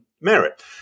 merit